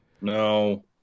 No